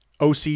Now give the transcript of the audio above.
OC